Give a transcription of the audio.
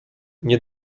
nie